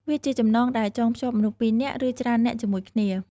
វាជាចំណងដែលចងភ្ជាប់មនុស្សពីរនាក់ ឬច្រើននាក់ជាមួយគ្នា។